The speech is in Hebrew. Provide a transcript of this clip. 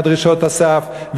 דרישות הסף,